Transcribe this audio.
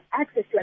access